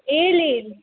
येईल येईल